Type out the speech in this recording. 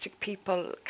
people